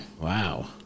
Wow